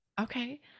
Okay